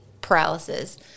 paralysis